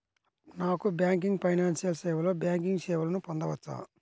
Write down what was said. Non banking financial సేవలో banking సేవలను పొందవచ్చా?